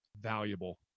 valuable